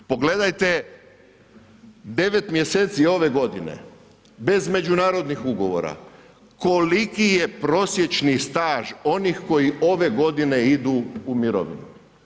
Pogledajte 9 mjeseci ove godine bez međunarodnih ugovora, koliki je prosječni staž onih koji ove godine idu u mirovinu.